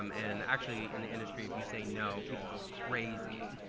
um and, actually, in the industry, if you say no, people go crazy.